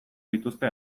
dituzte